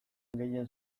gehien